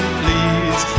please